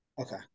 Okay